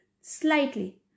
slightly